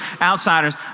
outsiders